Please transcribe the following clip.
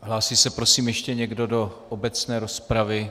Hlásí se prosím ještě někdo do obecné rozpravy?